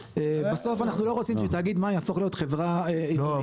ובסוף אנחנו לא רוצים שתאגיד מים יהפוך להיות חברה -- לא,